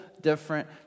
different